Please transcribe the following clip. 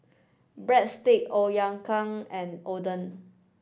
Breadstick and Oden